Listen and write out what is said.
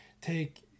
take